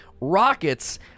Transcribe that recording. Rockets